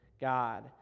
God